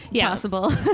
possible